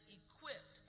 equipped